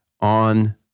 on